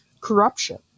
corruption